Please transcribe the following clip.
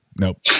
Nope